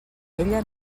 ella